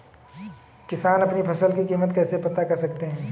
किसान अपनी फसल की कीमत कैसे पता कर सकते हैं?